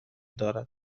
دارد